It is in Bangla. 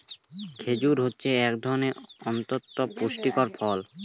খেজুর হচ্ছে এক ধরনের অতন্ত পুষ্টিকর ফল